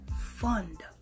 Fund